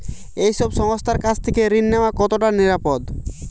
এই সব সংস্থার কাছ থেকে ঋণ নেওয়া কতটা নিরাপদ?